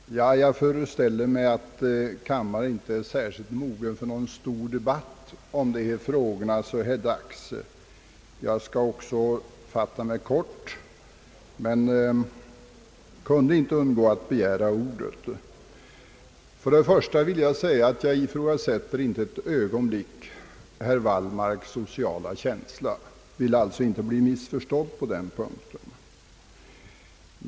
Herr talman! Jag föreställer mig att kammaren inte så här dags är särskilt intresserad av någon stor debatt om dessa frågor — jag skall också fatta mig kort men kunde inte undgå att begära ordet. Först och främst vill jag säga, att jag inte ett ögonblick ifrågasätter herr Wallmarks sociala känsla — jag vill alltså inte bli missförstådd på den punkten.